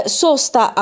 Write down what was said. sosta